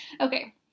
Okay